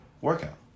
workout